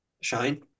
Shine